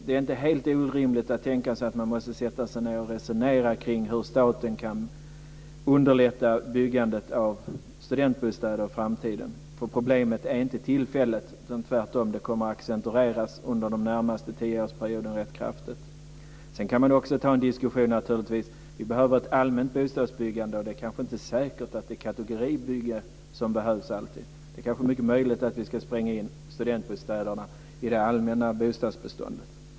Det är inte helt orimligt att tänka sig att man måste sätta sig ned och resonera kring hur staten kan underlätta byggandet av studentbostäder i framtiden, för problemet är inte tillfälligt utan kommer tvärtom att accentueras rätt kraftigt under den närmaste tioårsperioden. Sedan kan man naturligtvis också diskutera behovet av ett allmänt bostadsbyggande. Det är inte säkert att det alltid är ett kategoribygge som behövs. Det är mycket möjligt att man ska spränga in studentbostäderna i det allmänna bostadsbeståndet.